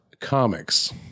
Comics